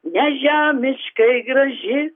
nežemiškai graži